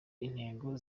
intego